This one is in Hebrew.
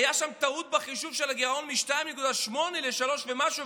הייתה שם טעות בחישוב של הגירעון מ-2.8% ל-3% ומשהו.